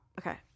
Okay